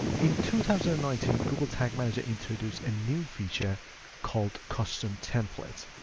in two thousand and nineteen, google tag manager introduced a new feature called custom templates.